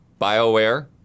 Bioware